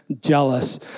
jealous